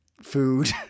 food